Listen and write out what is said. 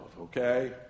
okay